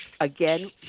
again